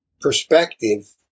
perspective